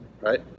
Right